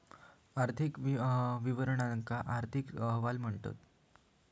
आर्थिक विवरणांका आर्थिक अहवाल म्हणतत